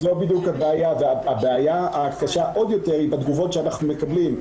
זו בדיוק הבעיה והבעיה הקשה עוד יותר היא בתגובות שאנחנו מקבלים.